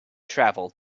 travel